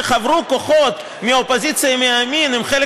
שחברו כוחות מהאופוזיציה ומהימין עם חלק